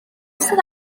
sydd